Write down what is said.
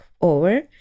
over